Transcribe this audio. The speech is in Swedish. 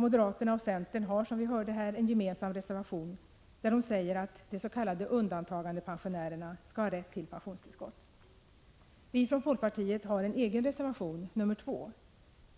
Moderaterna och centern har, som vi hörde, en gemensam reservation, där de säger att de s.k. undantagandepensionärerna skall ha rätt till pensionstillskott. Vi från folkpartiet har en egen reservation, nr 2.